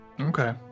Okay